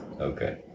Okay